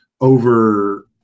over